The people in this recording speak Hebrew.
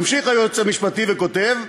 ממשיך היועץ המשפטי וכותב: